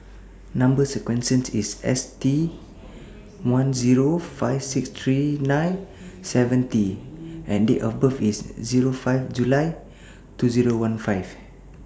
Number sequence IS S one Zero five six three nine seven T and Date of birth IS Zero five July two Zero one five